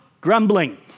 grumbling